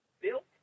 built